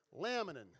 Laminin